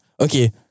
Okay